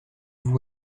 vous